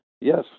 yes